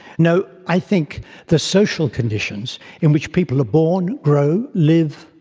no, i think the social conditions in which people are born, grow, live,